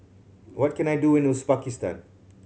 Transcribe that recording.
what can I do in Uzbekistan